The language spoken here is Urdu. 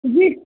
جی